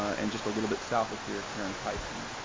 and just a little bit south of here, karen tyson.